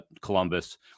Columbus